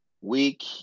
Week